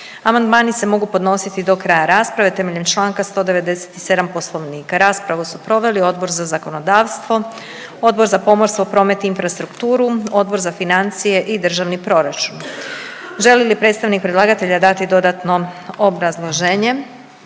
Amandmani se mogu podnositi do kraja rasprave temeljem članka 197. Poslovnika. Raspravu su proveli Odbor za zakonodavstvo, Odbor za pomorstvo, promet i infrastrukturu, Odbor za financije i državni proračun. Želi li predstavnik predlagatelja dati dodatno obrazloženje?